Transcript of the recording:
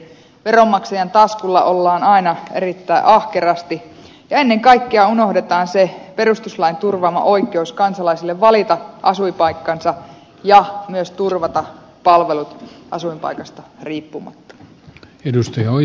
veronmaksajan taskulla ollaan aina erittäin ahkerasti ja ennen kaikkea unohdetaan se perustuslain turvaama oikeus kansalaisille valita asuinpaikkansa ja myös turvatut palvelut asuinpaikasta riippumatta